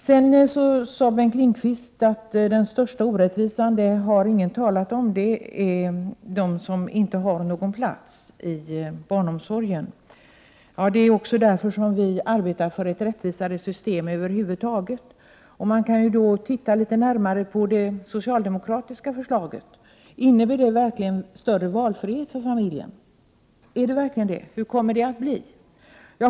Bengt Lindqvist sade att den största orättvisan har ingen talat om — alltså om de barn som inte har någon plats inom barnomsorgen. Men det är därför som vi arbetar för ett rättvisare system över huvud taget. Låt oss då titta litet närmare på det socialdemokratiska förslaget. Innebär det verkligen större valfrihet för familjen? Hur kommer det att bli?